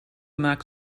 maakt